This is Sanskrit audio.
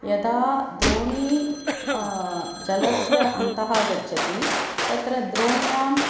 यदा द्रोणी जलस्य अन्ते गच्छति तत्र द्रोण्याम्